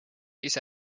ise